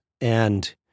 and-